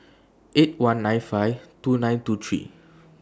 eight one nine five two nine two three